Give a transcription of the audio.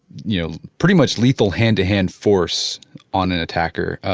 you know pretty much lethal hand-to-hand force on an attacker.